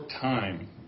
time